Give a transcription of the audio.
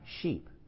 sheep